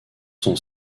son